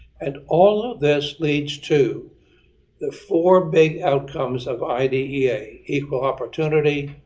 and all of this leads to the four big outcomes of idea equal opportunity,